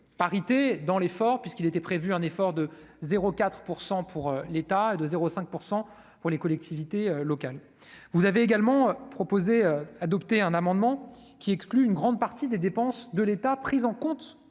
parité dans l'effort, puisqu'il était prévu un effort de 04 % pour l'état et de 0 5 % pour les collectivités locales, vous avez également proposé adopté un amendement qui exclut une grande partie des dépenses de l'État, prises en compte